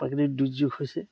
প্ৰাকৃতিক দুৰ্যোগ হৈছে